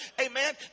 Amen